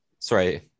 Sorry